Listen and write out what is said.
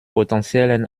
potenziellen